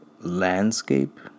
landscape